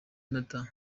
nathan